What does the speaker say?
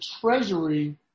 treasury